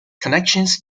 connections